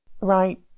Right